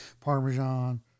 Parmesan